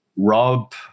rob